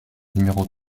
numéros